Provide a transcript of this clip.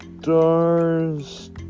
stars